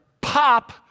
pop